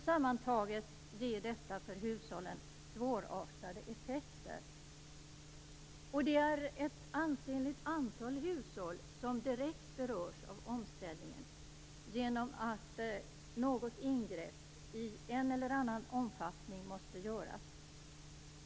Sammantaget ger detta för hushållen svårartade effekter. Det är ett ansenligt antal hushåll som direkt berörs av omställningen genom att något ingrepp i en eller annan omfattning måste göras.